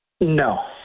No